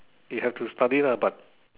you have to study lah but